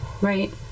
right